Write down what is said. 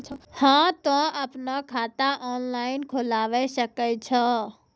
हाँ तोय आपनो खाता ऑनलाइन खोलावे सकै छौ?